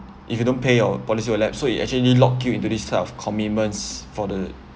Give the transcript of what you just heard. if you don't pay or policy will lapse so it actually lock you into this type of commitments for the